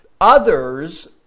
others